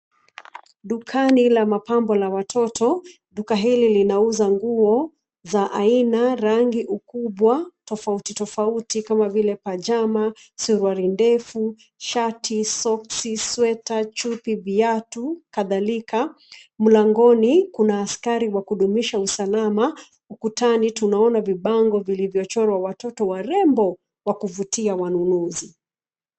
Dukani la mapambo la watoto. Duka hili linauza nguo za aina, rangi, ukubwa tofauti tofauti kama vile pajama, suruali ndefu, shati, soksi, sweta, chupi, viatu kadhalika. Mlangoni kuna askari wa kudumisha usalama. Ukutani tunaona vibango vilivyochorwa watoto warembo wa kuvutia wanunuzi.